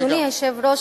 אדוני היושב-ראש,